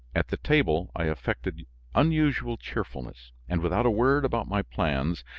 at the table i affected unusual cheerfulness, and without a word about my plans,